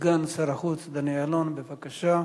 סגן שר החוץ דני אילון, בבקשה.